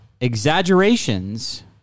exaggerations